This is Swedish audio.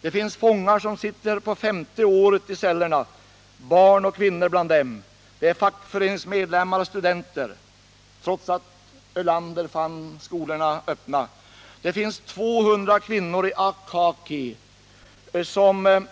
Det finns fångar som nu sitter på sitt femte år i en cell och bland dem finns barn och kvinnor. Det är fackföreningsmedlemmar och studenter, trots att Ölander fann skolorna öppna. Det finns i Akaki sedan månader 200 kvinnor som